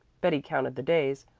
betty counted the days.